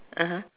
(uh huh)